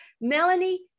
Melanie